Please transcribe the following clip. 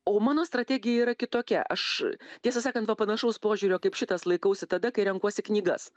o mano strategija yra kitokia aš tiesą sakant va panašaus požiūrio kaip šitas laikausi tada kai renkuosi knygas